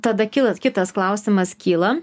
tada kylas kitas klausimas kyla